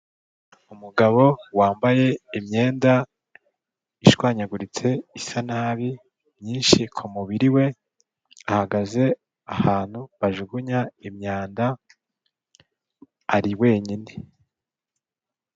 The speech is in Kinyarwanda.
Umugabo wambaye imyenda ishwanyaguritse, isa nabi, myinshi ku mubiri we, ahagaze ahantu bajugunya imyanda, ari wenyine.